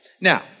Now